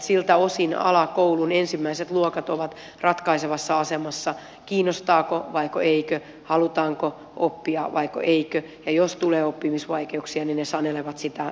siltä osin alakoulun ensimmäiset luokat ovat ratkaisevassa asemassa kiinnostaako vai eikö halutaanko oppia vai eikö ja jos tulee oppimisvaikeuksia niin ne sanelevat sitä myöhempää tietä